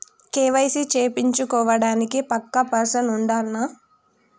KYC చేపిచ్చుకోవడానికి పక్కా person ఉండాల్నా?